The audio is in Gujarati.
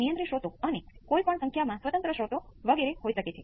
V p 1 SCR exponential s t